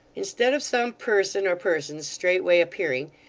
instead of some person or persons straightway appearing,